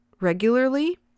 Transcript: regularly